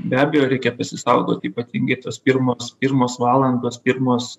be abejo reikia pasisaugot ypatingai tos pirmos pirmos valandos pirmos